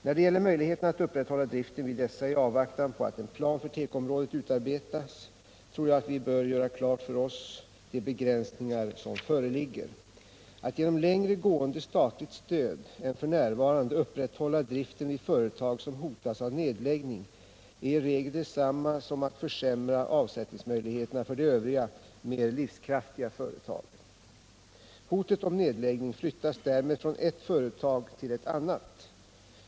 När det gäller möjligheterna att upprätthålla driften vid dessa i avvaktan på att en plan för tekoområdet utarbetas tror jag att vi bör göra klart för oss de begränsningar som föreligger. Att genom längre gående statligt stöd än f. n. upprätthålla driften vid företag som hotas av nedläggning är i regel detsamma som att försämra avsättningsmöjligheterna för de övriga, mer livskraftiga företagen. Hotet om nedläggning flyttas därmed från ett företag till ett annat.